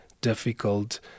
difficult